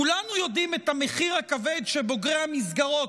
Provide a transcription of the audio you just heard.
כולנו יודעים את המחיר הכבד שבוגרי המסגרות,